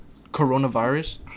coronavirus